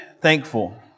thankful